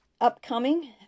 upcoming